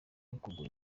kugura